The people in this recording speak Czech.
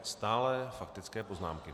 Stále faktické poznámky.